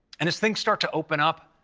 and as things start to open up,